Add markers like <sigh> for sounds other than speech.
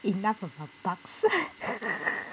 enough of the bugs <laughs>